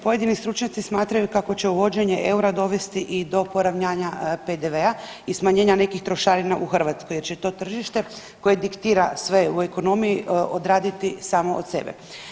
Pojedini stručnjaci smatraju kako će uvođenje eura dovesti i do poravnanja PDV-a i smanjenja nekih trošarina u Hrvatskoj jer će to tržište koje diktira sve u ekonomiji odraditi samo od sebe.